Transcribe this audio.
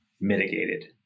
mitigated